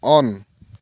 on